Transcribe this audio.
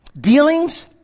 dealings